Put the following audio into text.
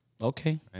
Okay